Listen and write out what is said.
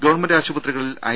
government ആശുപത്രികളിൽ I